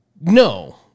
No